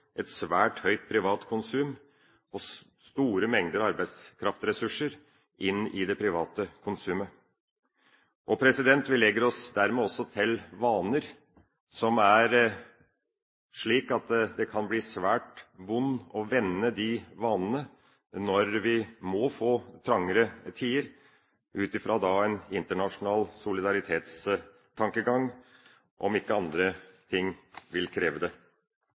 et svært høyt aktivitetsnivå i privat sektor, et svært høyt privat konsum og store mengder arbeidskraftressurser inn i det private konsumet. Vi legger oss dermed også til vaner, og det kan bli svært vondt å vende disse vanene når vi må få trangere tider, ut fra en internasjonal solidaritetstankegang, om ikke andre ting vil kreve det.